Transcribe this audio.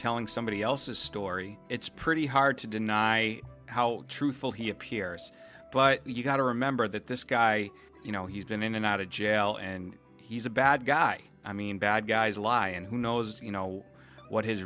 telling somebody else's story it's pretty hard to deny how truthful he appears but you've got to remember that this guy you know he's been in and out of jail and he's a bad guy i mean bad guys lie and who knows you know what his